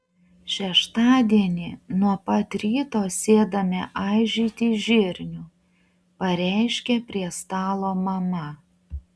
šeštadienį nuo pat ryto sėdame aižyti žirnių pareiškė prie stalo mama